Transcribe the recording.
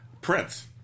Prince